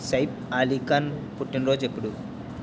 సైఫ్ అలీ ఖాన్ పుట్టినరోజు ఎప్పుడు